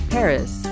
Paris